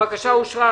הבקשה אושרה.